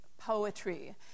poetry